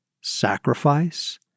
sacrifice